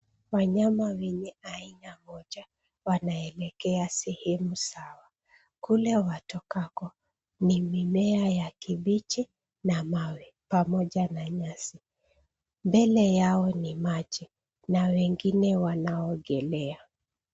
Wanyama wenye aina moja wanaelekea sehemu sawa. Kule watokako ni mimea ya kibichi na mawe pamoja na nyasi. Mbele yao ni maji na wengine wanaogelea.